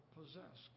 possess